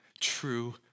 true